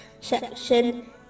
section